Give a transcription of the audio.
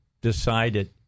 decided